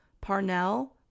Parnell